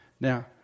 now